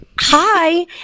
hi